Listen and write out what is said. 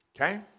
Okay